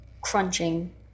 crunching